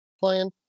playing